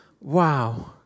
wow